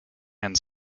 and